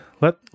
Let